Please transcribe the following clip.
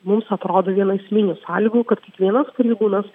mums atrodo viena esminių sąlygų kad kiekvienas pareigūnas